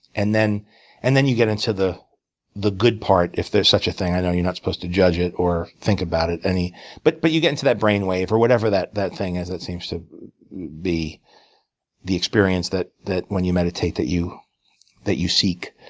and then and then you get into the the good part, if there's such a thing. i know, you're not supposed to judge it or think about it any but but you get into that brain wave, or whatever that that thing is that seems to be the experience that that when you meditate, that you that you seek.